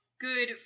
good